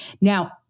Now